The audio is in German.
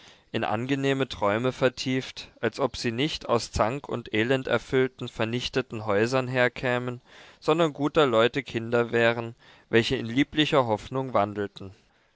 in angenehme träume vertieft als ob sie nicht aus zank und elenderfüllten vernichteten häusern herkämen sondern guter leute kinder wären welche in lieblicher hoffnung wandelten